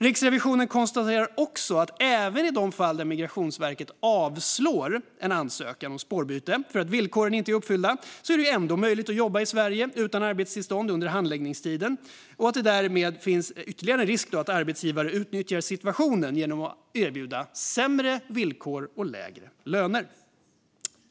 Riksrevisionen konstaterar också att även i de fall då Migrationsverket avslår en ansökan om spårbyte för att villkoren inte är uppfyllda är det ändå möjligt för människor att jobba i Sverige utan arbetstillstånd under handläggningstiden och att det därmed finns ytterligare risk för att arbetsgivare utnyttjar situationen genom att till exempel erbjuda sämre villkor och lägre löner.